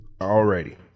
Already